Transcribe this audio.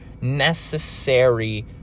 necessary